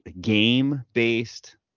game-based